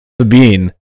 Sabine